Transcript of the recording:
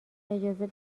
اجازه